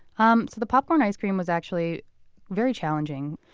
um so the popcorn ice cream was actually very challenging.